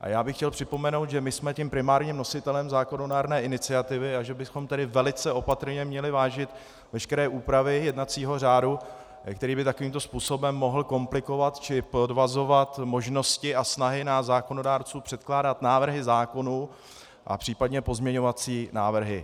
A já bych chtěl připomenout, že my jsem tím primárním nositelem zákonodárné iniciativy, a že bychom tedy velice opatrně měli vážit veškeré úpravy jednacího řádu, který by takovýmto způsobem mohl komplikovat či podvazovat možnosti a snahy nás zákonodárců předkládat návrhy zákonů a případně pozměňovací návrhy.